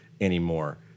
anymore